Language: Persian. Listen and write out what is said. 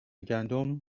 گندم